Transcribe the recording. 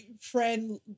friend